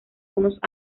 unos